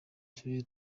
turere